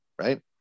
right